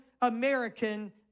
American